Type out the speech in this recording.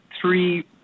three